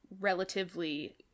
relatively